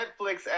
Netflix